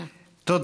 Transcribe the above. תודה.